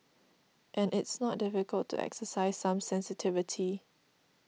and it's not difficult to exercise some sensitivity